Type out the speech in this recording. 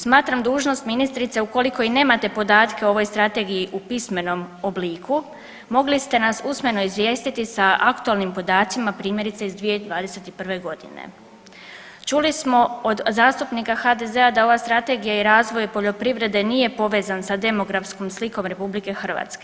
Smatram dužnost ministrice, ukoliko i nemate podatke o ovoj Strategiji u pismenom obliku, mogli ste nas usmeno izvijestiti sa aktualnim podacima, primjerice iz 2021. g. Čuli smo od zastupnika HDZ-a da ova Strategija i razvoj poljoprivrede nije povezan sa demografskom slikom RH.